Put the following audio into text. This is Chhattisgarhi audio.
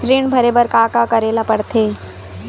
ऋण भरे बर का का करे ला परथे?